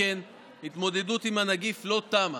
שכן ההתמודדות עם הנגיף לא תמה.